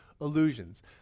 illusions